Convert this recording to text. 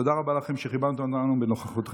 תודה רבה לכם על שכיבדתם אותנו בנוכחותכם.